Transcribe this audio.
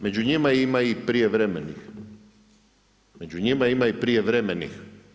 Među njima ima i prijevremenih, među njima i prijevremenih.